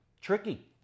tricky